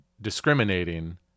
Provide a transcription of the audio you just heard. discriminating